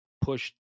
push